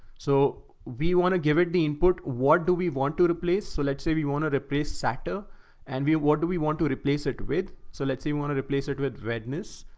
so we want to give it the input. what do we want to replace? so let's say we want to replace sater and we, what do we want to replace it with? so let's say we want to replace it with redness.